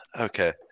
okay